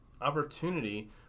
opportunity